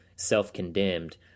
self-condemned